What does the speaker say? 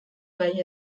bai